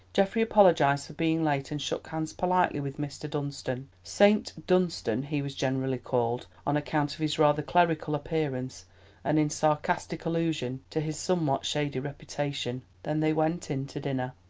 geoffrey apologised for being late, and shook hands politely with mr. dunstan saint dunstan he was generally called on account of his rather clerical appearance and in sarcastic allusion to his somewhat shady reputation. then they went in to dinner.